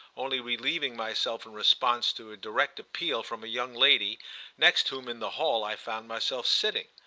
only relieving myself in response to a direct appeal from a young lady next whom, in the hall, i found myself sitting.